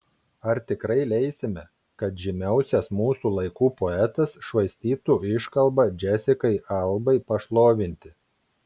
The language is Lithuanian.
ar tikrai leisime kad žymiausias mūsų laikų poetas švaistytų iškalbą džesikai albai pašlovinti